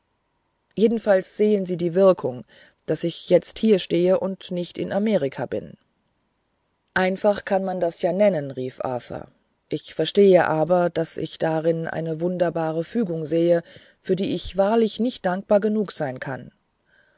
jedenfalls sehen sie die wirkung daß ich jetzt hier stehe und nicht in amerika bin einfach kann man das ja nennen rief arthur ich gestehe aber daß ich darin eine wunderbare fügung sehe für die ich wahrlich nicht dankbar genug sein kann